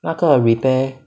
那个 repair